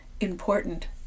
important